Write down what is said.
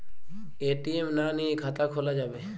ATM না নিয়ে খাতা খোলা যাবে?